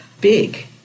big